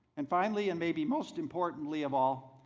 and finally, and maybe most importantly of all,